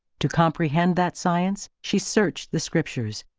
to comprehend that science, she searched the scriptures.